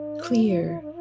clear